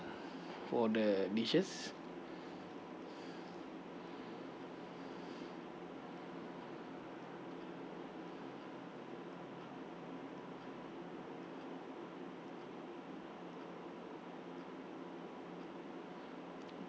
for the dishes